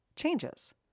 Changes